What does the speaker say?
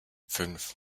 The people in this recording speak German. fünf